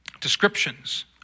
descriptions